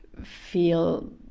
Feel